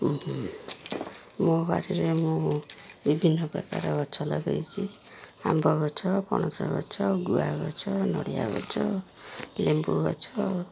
ମୋ ବାରିରେ ମୁଁ ବିଭିନ୍ନ ପ୍ରକାର ଗଛ ଲଗେଇଛି ଆମ୍ବ ଗଛ ପଣସ ଗଛ ଗୁଆ ଗଛ ନଡ଼ିଆ ଗଛ ଲେମ୍ବୁ ଗଛ